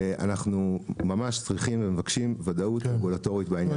ואנחנו ממש צריכים ומבקשים ודאות רגולטורית בעניין הזה.